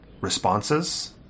responses